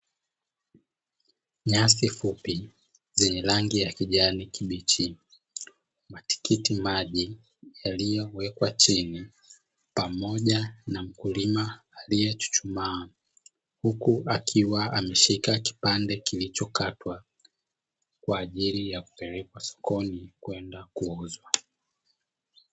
Nyasi fupi zenye rangi ya kijani kibichi, matikiti maji yaliyowekwa chini pamoja na mkulima aliyechuchumaa huku akiwa ameshika kipande kilicho katwa, kwa ajili ya kupelekwa sokoni kwenda kuuzwa.